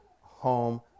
home